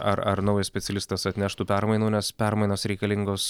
ar ar naujas specialistas atneš tų permainų nes permainos reikalingos